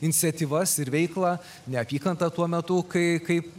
iniciatyvas ir veiklą neapykanta tuo metu kai kaip